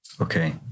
okay